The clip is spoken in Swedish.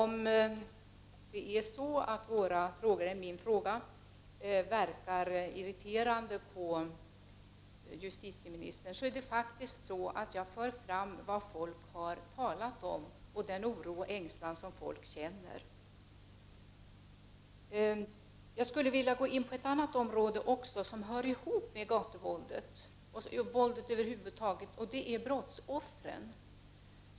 Herr talman! Om min fråga verkar irriterande på justitieministern vill jag påpeka att jag faktiskt för fram vad folk har talat om, den oro och ängslan som folk känner. Jag skulle också vilja gå in på ett annat område, ett område som hör ihop med gatuvåldet och våldet över huvud taget, nämligen frågan om brottsoffren.